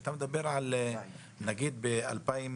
אתה מדבר על ארבעה כתבי